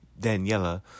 Daniela